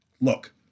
look